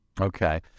Okay